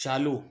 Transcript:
चालू